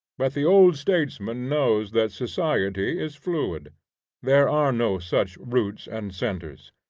but the old statesman knows that society is fluid there are no such roots and centres,